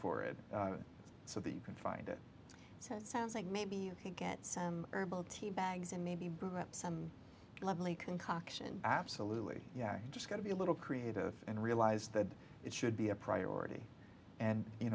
for it so that you can find it sounds like maybe you could get some herbal tea bags and maybe brew up some lovely concoction absolutely yeah just got to be a little creative and realize that it should be a priority and you